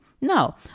No